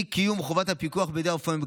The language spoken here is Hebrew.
אי-קיום חובת הפיקוח בידי הרופא המומחה,